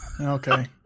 Okay